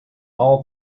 all